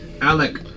Alec